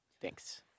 thanks